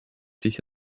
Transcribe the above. dich